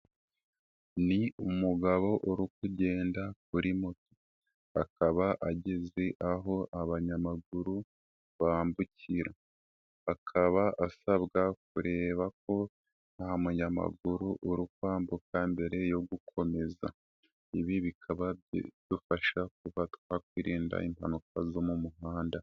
Ni umugabo uri kugenda kuri moto, akaba ageze aho abanyamaguru bambukira, akaba asabwa kureba ko nta munyamaguru urukwambuka mbere yo gukomeza. Ibi bikaba bidufasha kuba twakwirinda impanuka zo mu muhanda.